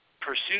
pursue